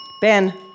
Ben